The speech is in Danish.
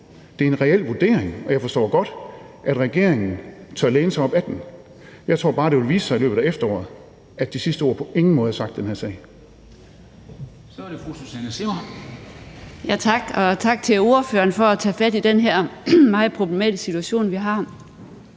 Det er en reel vurdering, og jeg forstår godt, at regeringen tør læne sig op ad den. Men jeg tror bare, at det vil vise sig i løbet af efteråret, at det sidste ord på ingen måde er sagt i den her sag. Kl. 09:16 Formanden (Henrik Dam Kristensen): Så er det fru Susanne Zimmer.